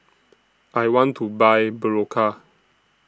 I want to Buy Berocca